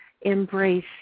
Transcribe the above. embrace